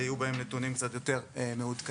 ויהיו בהם נתונים קצת יותר מעודכנים.